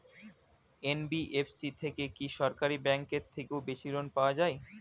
NBFC থেকে কি সরকারি ব্যাংক এর থেকেও বেশি লোন পাওয়া যায়?